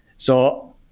so,